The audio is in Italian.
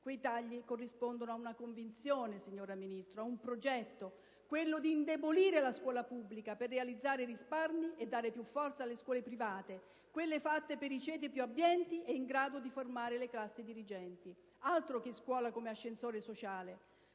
Quei tagli corrispondono ad una convinzione, signora Ministro, e ad un progetto: indebolire la scuola pubblica per realizzare risparmi e per dare più forza alle scuole private, quelle fatte per i ceti più abbienti e in grado di formare le classi dirigenti. Altro che scuola come ascensore sociale!